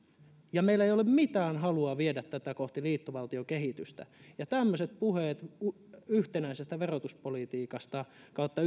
ja meillä ei ole mitään halua viedä tätä kohti liittovaltiokehitystä tämmöiset puheet yhtenäisestä verotuspolitiikasta kautta